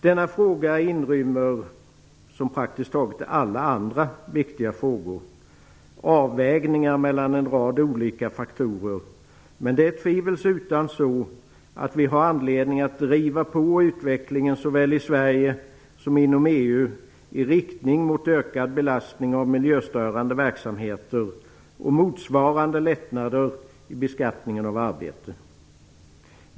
Denna fråga inrymmer - liksom praktiskt taget alla andra viktiga frågor - avvägningar mellan en rad olika faktorer, men det är tvivelsutan så att vi har anledning att driva på utvecklingen såväl i Sverige som inom EU i riktning mot ökad belastning av miljöstörande verksamheter och motsvarande lättnader i beskattningen av arbete.